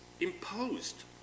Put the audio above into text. imposed